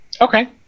Okay